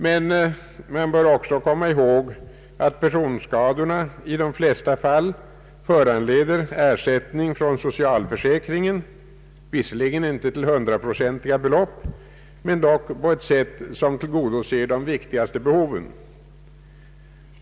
Men det bör också ihågkommas att personskadorna i de flesta fall föranleder ersättning från socialförsäkringen, visserligen inte till 100-procentiga belopp men dock på ett sätt som tillgodoser de viktigaste behoven.